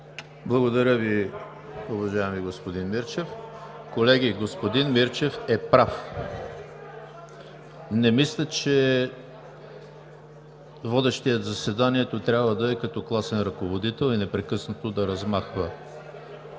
Благодаря Ви, уважаеми господин Мирчев. Колеги, господин Мирчев е прав! Не мисля, че водещият заседанието трябва да е като класен ръководител и непрекъснато да размахва…